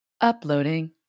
Uploading